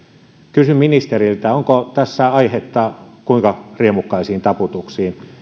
kysyn ministeriltä onko tässä aihetta kuinka riemukkaisiin taputuksiin